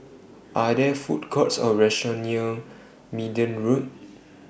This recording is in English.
Are There Food Courts Or restaurants near Minden Road